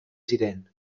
ziren